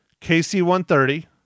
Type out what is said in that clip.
KC-130